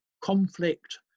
conflict